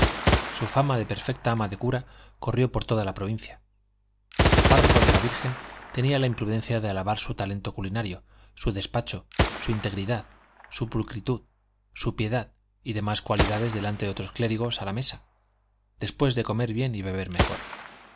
su fama de perfecta ama de cura corrió por toda la provincia el párroco de la virgen tenía la imprudencia de alabar su talento culinario su despacho su integridad su pulcritud su piedad y demás cualidades delante de otros clérigos a la mesa después de comer bien y beber mejor